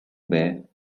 where